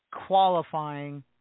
qualifying